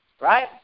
right